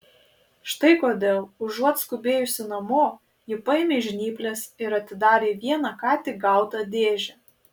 štai kodėl užuot skubėjusi namo ji paėmė žnyples ir atidarė vieną ką tik gautą dėžę